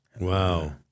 wow